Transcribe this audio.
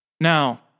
Now